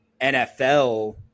NFL